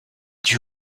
dut